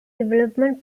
development